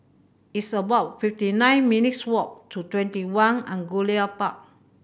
it's about fifty nine minutes' walk to TwentyOne Angullia Park